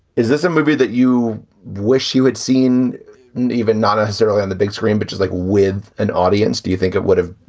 is this a movie that you wish you had seen even not necessarily on the big screen, but just like with an audience? do you think it would have.